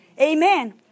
Amen